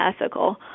ethical